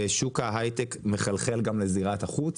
ושוק ההיי-טק מחלחל גם לזירת החוץ.